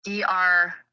dr